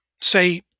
say